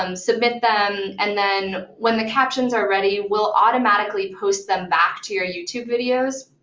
um submit them, and then when the captions are ready, we'll automatically post them back to your youtube videos.